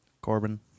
Corbin